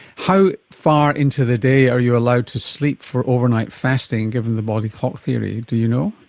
how far into the day are you allowed to sleep for overnight fasting, given the body clock theory? do you know?